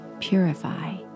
purify